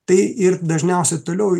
tai ir dažniausiai toliau